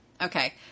Okay